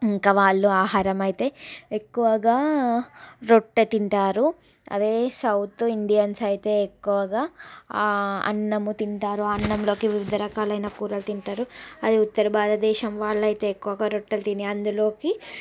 ఇంక వాళ్ళు ఆహారం అయితే ఎక్కువగా రొట్టె తింటారు అదే సౌత్ ఇండియన్స్ అయితే ఎక్కువగా అన్నము తింటారు ఆ అన్నంలోకి వివిధ రకాలైన కూరలు తింటారు అదే ఉత్తర భారతదేశం వాళ్ళైతే ఎక్కువగా రొట్టె తినే అందులోకి